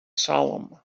salem